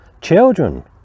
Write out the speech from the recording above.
Children